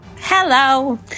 Hello